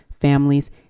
families